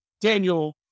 Daniel